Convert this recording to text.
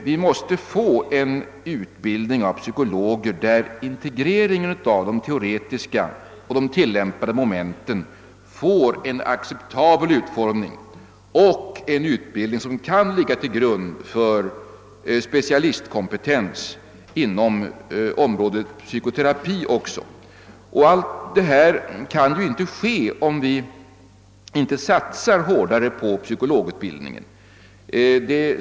Vi måste få en utbildning av psykologer där integreringen av de teoretiska och de tillämpade momenten får en acceptabel utformning — en utbildning som kan ligga till grund för specialistkompetens även inom området psykoterapi. Detta kan inte ske om vi inte satsar hårdare på psykologutbildningen.